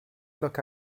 look